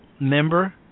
member